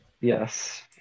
Yes